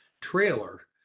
trailer